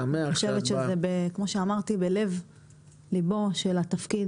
כמו שאמרתי, זה בלב ליבו של התפקיד